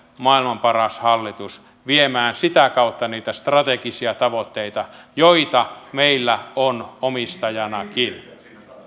maailman paras hallitus viemään sitä kautta niitä strategisia tavoitteita joita meillä on omistajanakin